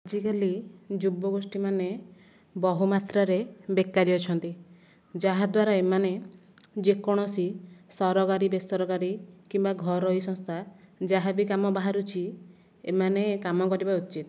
ଆଜିକାଲି ଯୁବଗୋଷ୍ଠୀମାନେ ବହୁମାତ୍ରାରେ ବେକାରି ଅଛନ୍ତି ଯାହାଦ୍ୱାରା ଏମାନେ ଯେକୌଣସି ସରକାରୀ ବେସରକାରୀ କିମ୍ବା ଘରୋଇ ସଂସ୍ଥା ଯାହାବି କାମ ବାହାରୁଛି ଏମାନେ କାମ କରିବା ଉଚିତ